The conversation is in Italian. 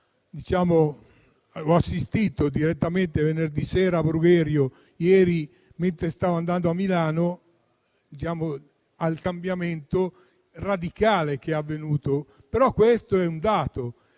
ho assistito direttamente, venerdì sera a Brugherio e ieri mentre stavo andando a Milano, al cambiamento radicale che è avvenuto. Però questo è un dato;